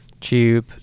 tube